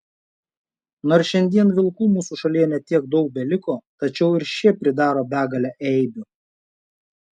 nors šiandien vilkų mūsų šalyje ne tiek daug beliko tačiau ir šie pridaro begalę eibių